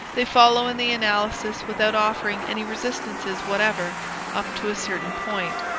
they follow in the analysis without offering any resistances whatever up to a certain point,